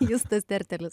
justas tertelis